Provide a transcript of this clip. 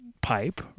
pipe